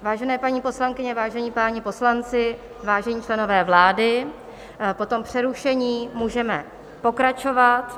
Vážené paní poslankyně, vážení páni poslanci, vážení členové vlády, po přerušení můžeme pokračovat.